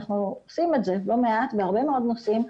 אנחנו עושים את זה לא מעט בהרבה מאוד נושאים.